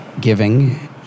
Giving